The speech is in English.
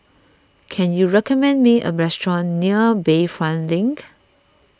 can you recommend me a restaurant near Bayfront Link